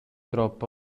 troppo